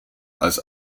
als